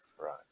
Right